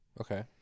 Okay